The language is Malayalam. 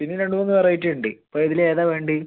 പിന്നെ രണ്ട് മൂന്ന് വെറൈറ്റി ഉണ്ട് അപ്പം ഇതിൽ ഏതാണ് വേണ്ടത്